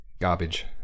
garbage